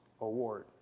award